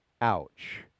Ouch